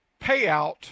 payout